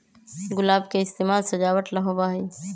गुलाब के इस्तेमाल सजावट ला होबा हई